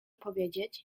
powiedzieć